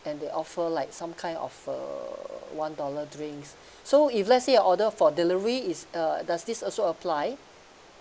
and they offer like some kind of uh one dollar drinks so if let's say order for delivery is uh does this also apply